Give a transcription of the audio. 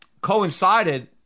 coincided